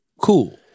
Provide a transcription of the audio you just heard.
cool